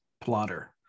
plotter